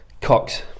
Cox